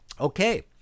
okay